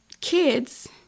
kids